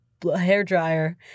hairdryer